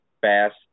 fast